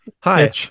Hi